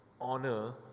honor